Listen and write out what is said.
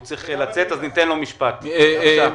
הוא צריך לצאת, אז ניתן לו לשאול, בבקשה.